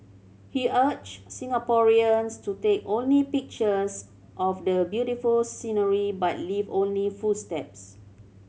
he urged Singaporeans to take only pictures of the beautiful scenery but leave only footsteps